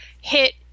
hit